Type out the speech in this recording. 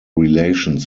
relations